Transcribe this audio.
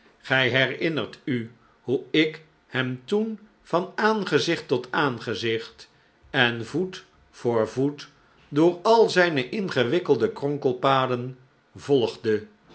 gij herinnert u hoe ik hem toen van aangezicht tot aangezicht en voet voor voet door al zijne ingewikkelde kronkelpaden volgde